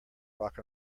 rock